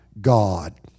God